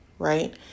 right